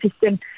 system